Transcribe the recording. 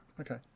Okay